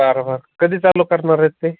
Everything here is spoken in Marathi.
बरं बरं कधी चालू करणार आहेत ते